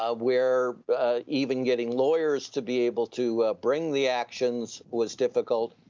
ah where even getting lawyers to be able to bring the actions was difficult.